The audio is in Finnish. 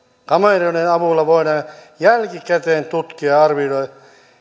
kameroiden avulla voidaan jälkikäteen tutkia ja arvioida